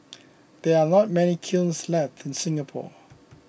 there are not many kilns left in Singapore